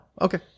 okay